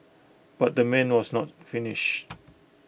but the man was not finished